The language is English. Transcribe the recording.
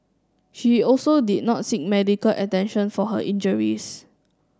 she also did not seek medical attention for her injuries